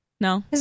No